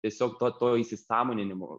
tiesiog to to įsisąmoninimo